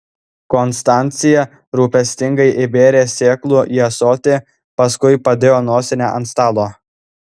konstancija rūpestingai įbėrė sėklų į ąsotį paskui padėjo nosinę ant stalo